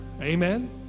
Amen